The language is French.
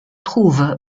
trouve